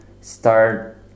start